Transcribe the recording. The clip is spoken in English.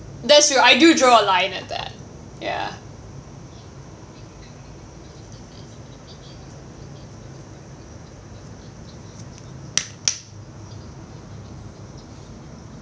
that's true I do draw a line at that ya